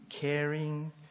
caring